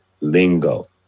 Lingo